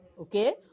okay